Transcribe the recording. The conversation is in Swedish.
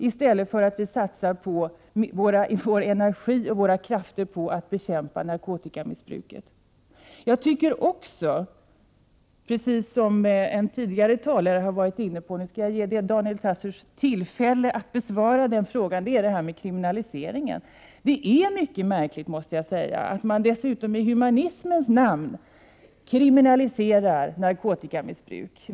Det är bättre att vi satsar vår energi och våra krafter på att bekämpa narkotikamissbruket. Jag skall nu ge Daniel Tarschys tillfälle att besvara en fråga som en tidigare talare har varit inne på och som gäller kriminaliseringen. Det är mycket märkligt, måste jag säga, att man i humanitetens namn kriminaliserar narkotikamissbruk.